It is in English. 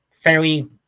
fairly